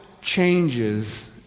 changes